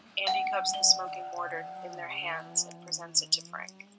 andy cups the smoking mortar in their hands and presents it to frank.